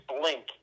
blink